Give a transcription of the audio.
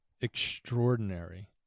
extraordinary